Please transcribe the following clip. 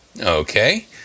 Okay